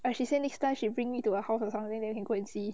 ah she say next time she brings me to her house or something then can go and see